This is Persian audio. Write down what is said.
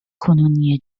کنونی